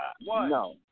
No